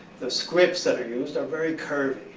the scripts that are used are very curvy.